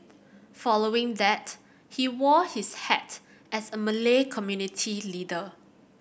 following that he wore his hat as a Malay community leader